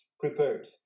prepared